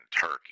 turkey